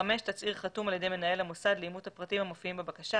תצהיר חתום על ידי מנהל המוסד לאימות הפרטים המופיעים בבקשה,